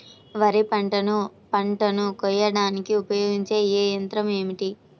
వరిపంటను పంటను కోయడానికి ఉపయోగించే ఏ యంత్రం ఏమిటి?